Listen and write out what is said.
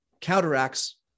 counteracts